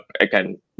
Again